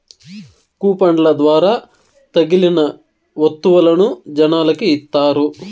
కూపన్ల ద్వారా తగిలిన వత్తువులను జనాలకి ఇత్తారు